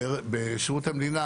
בשירות המדינה,